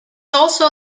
also